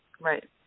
Right